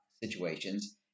situations